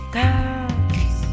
girls